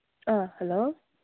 ꯑ ꯍꯂꯣ